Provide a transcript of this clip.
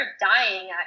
dying